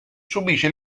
subisce